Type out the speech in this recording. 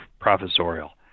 professorial